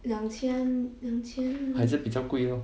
还是比较贵 lor